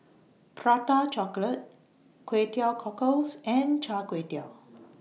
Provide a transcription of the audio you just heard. Prata Chocolate Kway Teow Cockles and Char Kway Teow